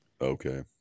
Okay